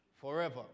forever